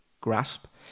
grasp